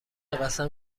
قسم